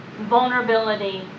vulnerability